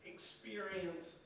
experience